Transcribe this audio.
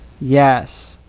Yes